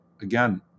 again